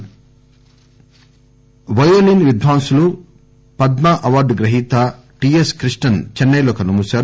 మ్ఫతి violin విద్వాంసుడు Padma award గ్రహీత T N Krishnan Chennai లో కన్ను మూశారు